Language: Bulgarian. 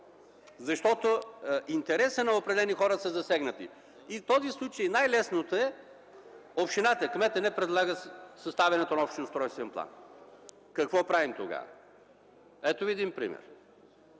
защото интересите на определени хора са засегнати. И в този случай най-лесното е общината, кметът, не предлагат съставянето на общия устройствен план. Какво правим тогава? Ето Ви един пример.